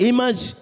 Image